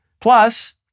Plus